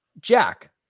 Jack